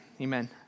Amen